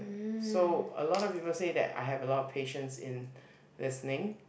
so a lot of people say that I have a lot of patience in listening